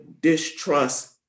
distrust